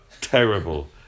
terrible